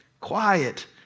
quiet